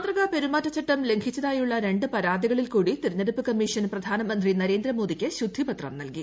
മാതൃകാ പെരുമാറ്റച്ചട്ടം ലൂഷ്ലിച്ചതായുള്ള രണ്ട് പരാതികളിൽക്കൂടി തെര്യ്ഞ്ഞെടുപ്പ് കമ്മീഷൻ പ്രധാനമന്ത്രി നരേന്ദ്ര മോദിയ്ക്ക് ശുദ്ധി പത്രം നൽകി